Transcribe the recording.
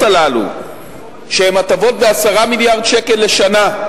הללו שהן הטבות ב-10 מיליארד שקלים לשנה,